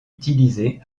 utilisé